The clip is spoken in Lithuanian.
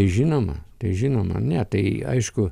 žinoma tai žinoma ne tai aišku